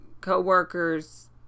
co-workers